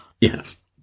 Yes